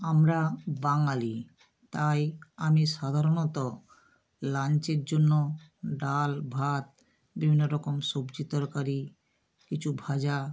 আমরা বাঙালি তাই আমি সাধারণত লাঞ্চের জন্য ডাল ভাত বিভিন্ন রকম সবজি তরকারি কিছু ভাজা